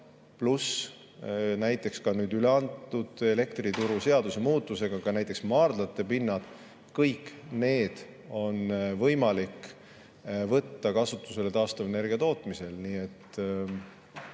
pluss näiteks ka nüüd üle antud elektrituruseaduse muutusega seoses maardlate pinnad, on võimalik võtta kasutusele taastuvenergia tootmisel.